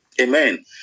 Amen